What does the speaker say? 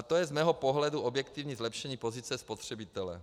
To je z mého pohledu objektivní zlepšení pozice spotřebitele.